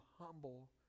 humble